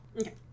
Okay